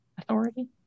Authority